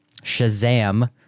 Shazam